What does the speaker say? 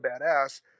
badass